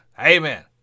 Amen